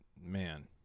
man